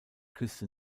küste